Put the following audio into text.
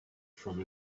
from